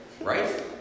right